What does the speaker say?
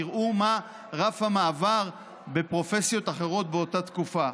תראו מה רף המעבר בפרופסיות אחרות באותה תקופה.